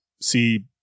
see